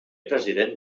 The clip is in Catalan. president